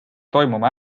toimuma